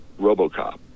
Robocop